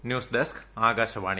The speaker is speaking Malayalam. news desk Akashvani